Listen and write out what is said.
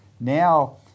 Now